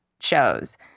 shows